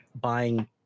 buying